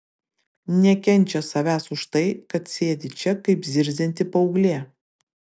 nekenčia savęs už tai kad sėdi čia kaip zirzianti paauglė